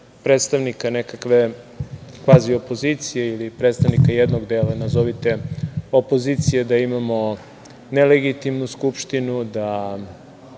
predstavnika nekakve kvazi opozicije ili predstavnika jednog dela opozicije da imamo nelegitimnu Skupštinu, da